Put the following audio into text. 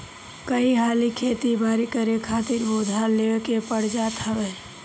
कई हाली खेती बारी करे खातिर भी उधार लेवे के पड़ जात हवे